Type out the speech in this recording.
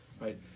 right